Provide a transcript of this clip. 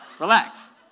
Relax